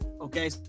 Okay